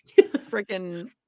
Freaking